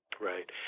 Right